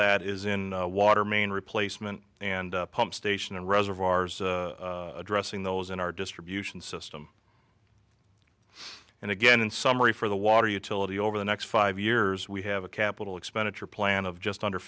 that is in water main replacement and pump station and reservoirs addressing those in our distribution system and again in summary for the water utility over the next five years we have a capital expenditure plan of just under